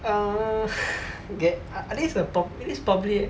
uh okay I think it's a I think it's probably